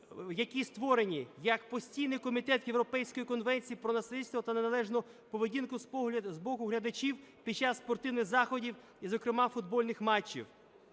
які створені, як Постійний комітет Європейської конвенції про насильство та неналежну поведінку з боку глядачів під час спортивних заходів і зокрема футбольних матчів,